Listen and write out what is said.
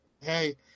Hey